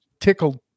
tickled